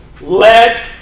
let